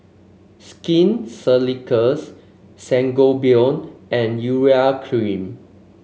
Skin Ceuticals Sangobion and Urea Cream